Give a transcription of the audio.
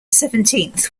seventeenth